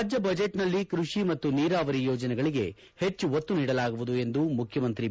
ರಾಜ್ಯ ಬಜೆಟ್ನಲ್ಲಿ ಕೃಷಿ ಮತ್ತು ನೀರಾವರಿ ಯೋಜನೆಗಳಿಗೆ ಹೆಚ್ಚು ಒತ್ತು ನೀಡಲಾಗುವುದು ಎಂದು ಮುಖ್ಯಮಂತ್ರಿ ಬಿ